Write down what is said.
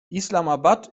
islamabad